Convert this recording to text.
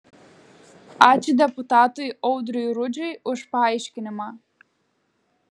ačiū deputatui audriui rudžiui už paaiškinimą